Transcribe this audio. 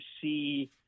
see